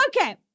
okay